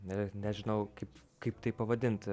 ne nežinau kaip kaip tai pavadinti